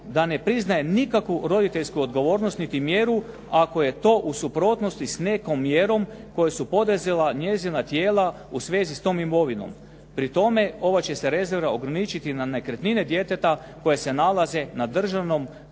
da ne priznaje nikakvu roditeljsku odgovornost niti mjeru ako je to u suprotnosti s nekom mjerom koju su poduzela njezina tijela u svezi s tom imovinom. Pri tome ova će se rezerva ograničiti na nekretnine djeteta koje se nalaze na državnom